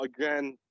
again